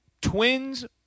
Twins